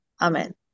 Amen